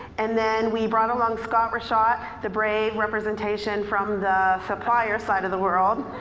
and then we brought along scott ritchotte the brave representation from the supplier side of the world.